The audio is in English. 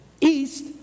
East